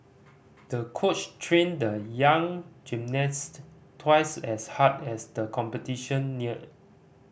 the coach trained the young gymnast twice as hard as the competition neared